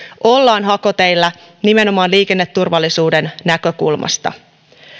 ollaan hakoteillä nimenomaan liikenneturvallisuuden näkökulmasta